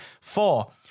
Four